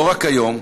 לא רק היום,